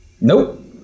Nope